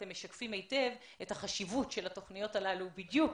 אתם משקפים היטב את החשיבות של התכניות הללו בדיוק